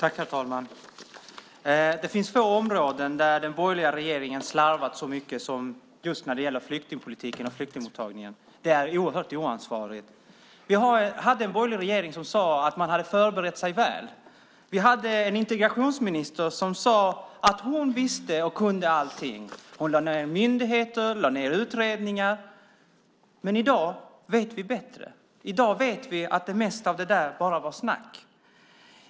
Herr talman! Det finns få områden där den borgerliga regeringen har slarvat så mycket som just när det gäller flyktingpolitik och flyktingmottagning. Det är oerhört oansvarigt. Vi hade en borgerlig regering som sade att man hade förberett sig väl. Vi hade en integrationsminister som sade att hon visste och kunde allt. Hon lade ned myndigheter och hon lade ned utredningar. Men i dag vet vi bättre. I dag vet vi att det mesta av det där bara var snack.